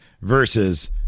versus